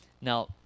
Now